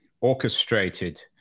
orchestrated